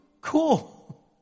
Cool